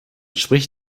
spricht